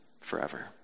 forever